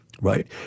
Right